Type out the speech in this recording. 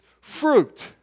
fruit